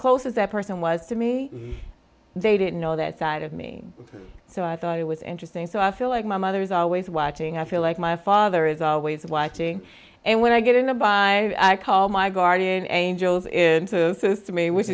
close as that person was to me they didn't know that side of me so i thought it was interesting so i feel like my mother is always watching i feel like my father is always watching and when i get in a bye i call my guardian angels to me which